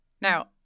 Now